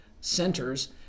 centers